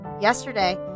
yesterday